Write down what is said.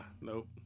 Nope